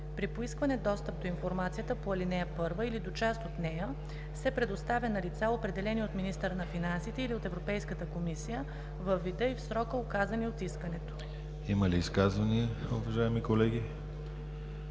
При поискване достъп до информацията по ал. 1, или до част от нея, се предоставя на лица, определени от министъра на финансите или от Европейската комисия, във вида и в срока, указани в искането.“ ПРЕДСЕДАТЕЛ ДИМИТЪР ГЛАВЧЕВ: Има ли изказвания, уважаеми колеги?